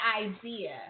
idea